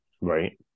Right